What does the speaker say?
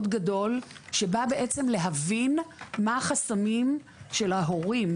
גדול שבא בעצם להבין מה החסמים של ההורים,